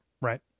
right